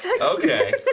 Okay